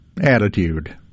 attitude